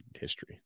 history